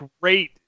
great